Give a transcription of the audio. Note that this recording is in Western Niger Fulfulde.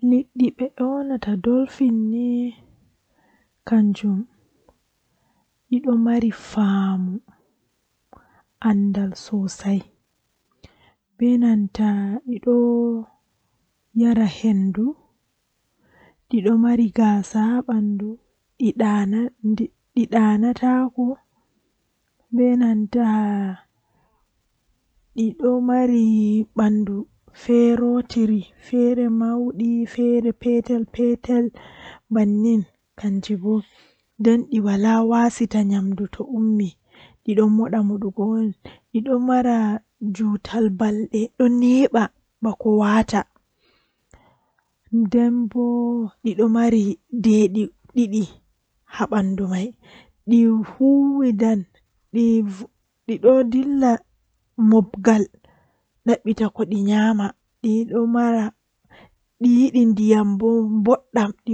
Eh mi wiyan mo o tokka hakkilingo bebandu maakko arandewol kam baawo o hakkili be bandu maako kala nde weeti fu o fina be law nden o wurta o dimbo bandu maako malla dogguki o wada keerol babal o tokkata doggugo be fajjira cub o dogga o